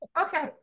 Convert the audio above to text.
Okay